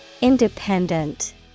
Independent